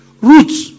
Roots